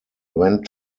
went